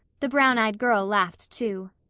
the brown-eyed girl laughed, too.